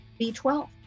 B12